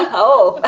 and oh,